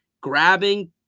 grabbing